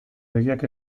begiak